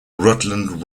rutland